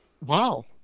Wow